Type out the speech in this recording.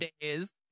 days